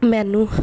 ਮੈਨੂੰ